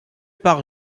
par